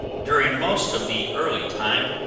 during most of the early time,